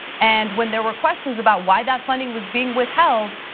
and when there were questions about why that funding was being withheld,